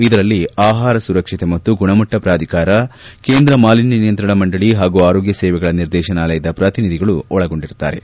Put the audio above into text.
ಇದರಲ್ಲಿ ಆಹಾರ ಸುರಕ್ಷತೆ ಮತ್ತು ಗುಣಮಟ್ಟ ಪ್ರಾಧಿಕಾರ ಕೇಂದ್ರ ಮಾಲಿನ್ಯ ನಿಯಂತ್ರಣಾ ಮಂಡಳಿ ಹಾಗೂ ಆರೋಗ್ಯ ಸೇವೆಗಳ ನಿರ್ದೇಶನಾಲಯದ ಪ್ರತಿನಿಧಿಗಳು ಒಳಗೊಂಡಿರುತ್ತಾರೆ